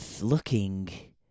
looking